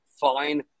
fine